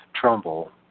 Trumbull